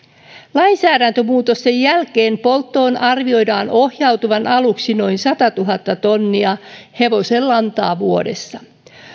lainsäädäntömuutosten jälkeen polttoon arvioidaan ohjautuvan aluksi noin satatuhatta tonnia hevosenlantaa vuodessa